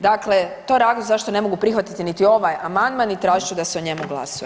Dakle, to je razloga zašto ne mogu prihvatiti niti ovaj amandman i tražit ću da se o njemu glasuje.